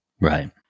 Right